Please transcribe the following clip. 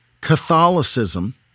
Catholicism